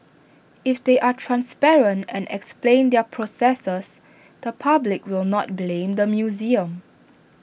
if they are transparent and explain their processes the public will not blame the museum